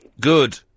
Good